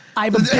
i have a